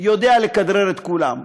יודע לכדרר את כולם,